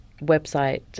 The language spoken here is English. website